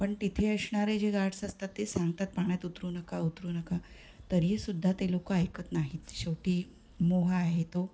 पण तिथे असणारे जे गार्डस असतात ते सांगतात पाण्यात उतरू नका उतरू नका तरी सुद्धा ते लोकं ऐकत नाहीत शेवटी मोह आहे तो